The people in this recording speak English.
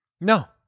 No